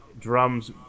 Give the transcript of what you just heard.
drums